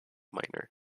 miner